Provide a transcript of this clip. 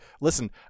listen